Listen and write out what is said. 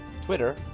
Twitter